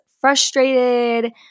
frustrated